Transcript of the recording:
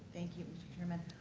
thank you, mr. chairman.